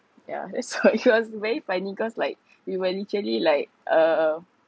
yeah it's a~ it was very funny cause like we were literally like uh